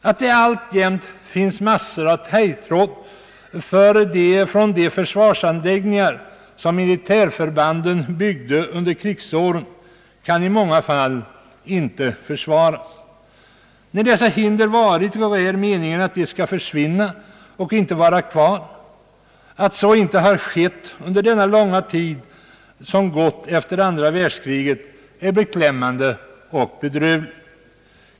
Att det alltjämt finns massor av taggtråd från de försvarsanläggningar som militärförbanden byggde under krigsåren kan i många fall inte försvaras. Att dessa inte undanröjts under den långa tid som gått efter andra världskriget är beklämmande och bedrövligt.